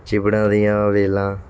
ਚਿੱਬੜਾਂ ਦੀਆਂ ਵੇਲਾਂ